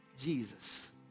Jesus